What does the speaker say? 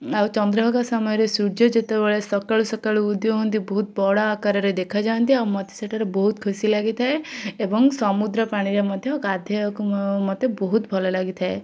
ଆଉ ଚନ୍ଦ୍ରଭାଗା ସମୟରେ ସୂର୍ଯ୍ୟ ଯେତେବେଳେ ସକାଳୁ ସକାଳୁ ଉଦୟ ହୁଅନ୍ତି ବହୁତ ବଡ଼ ଆକାରରେ ଦେଖାଯାଆନ୍ତି ଆଉ ମୋତେ ସେଠାରେ ବହୁତ ଖୁସି ଲାଗିଥାଏ ଏବଂ ସମୁଦ୍ର ପାଣିରେ ମଧ୍ୟ ଗାଧେଇବାକୁ ମୋ ମୋତେ ବହୁତ ଭଲ ଲାଗିଥାଏ